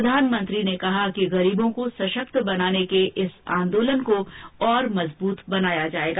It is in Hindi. प्रधानमंत्री ने कहा कि गरीबों को सशक्त बनाने के इस आन्दोलन को और मजबूत बनाया जायेगा